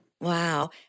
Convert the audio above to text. Wow